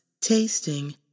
tasting